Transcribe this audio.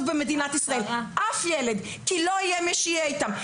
במדינת ישראל אף ילד כי לא יהיה מי שיהיה איתם.